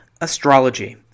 astrology